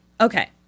Okay